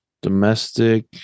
domestic